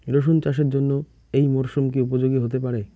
রসুন চাষের জন্য এই মরসুম কি উপযোগী হতে পারে?